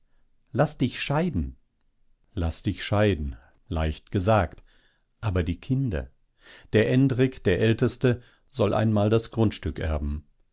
laß dich scheiden laß dich scheiden leicht gesagt aber die kinder der endrik der älteste soll einmal das grundstück erben